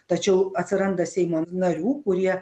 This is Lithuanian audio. tačiau atsiranda seimo narių kurie